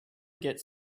gets